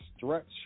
Stretch